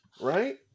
right